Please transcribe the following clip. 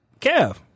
Kev